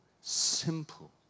simple